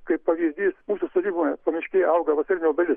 kaip pavyzdys mūsų sodyboje pamiškėj auga vasarinė obelis